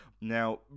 now